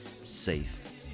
safe